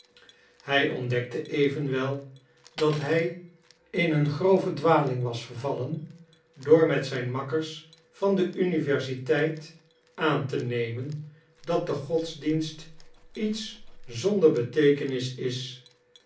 hij ontdekte evenwel dat hij in een grove dwaling was vervallen door met zijn makkers van de universiteit aan te nemen dat de godsdienst iets zonder beteekenis is